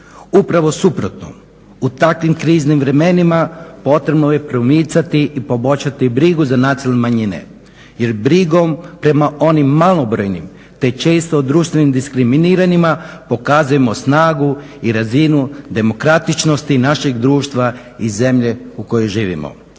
Upravo suprotno, u takvim kriznim vremenima potrebno je pronicati i poboljšati brigu za nacionalne manjine jer brigom prema onim malobrojnim te često društveno diskriminiranima, pokazujemo snagu i razinu demokratičnosti našeg društva i zemlje u kojoj živimo.